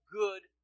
good